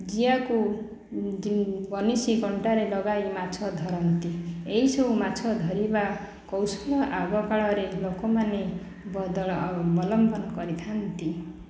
ଜିଆକୁ ବନିଶି କଣ୍ଟାରେ ଲଗାଇ ମାଛ ଧରନ୍ତି ଏହିସବୁ ମାଛ ଧରିବା କୌଶଳ ଆଗ କାଳରେ ଲୋକମାନେ ବଦଳ ଅବଲମ୍ବନ କରିଥାନ୍ତି